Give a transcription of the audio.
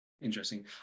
Interesting